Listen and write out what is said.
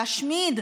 להשמיד,